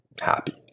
happy